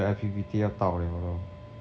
even 我的 I_P_P_T 要到 liao lor